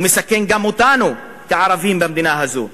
ומסכן גם אותנו כערבים במדינה הזו.